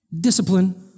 Discipline